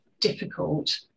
difficult